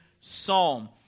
psalm